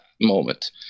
moment